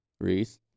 Reese